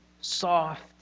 soft